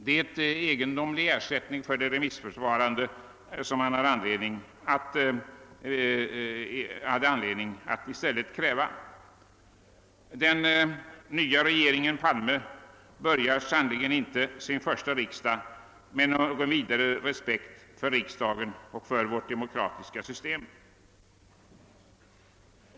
Det är en egendomlig ersättning för det remissförfarande som man har anledning att i stället kräva. Den nya regeringen Palme börjar sannerligen inte sin första vårsession med någon större respekt för riksdagen och för vårt demokratiska system.